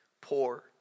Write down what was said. poor